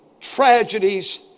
tragedies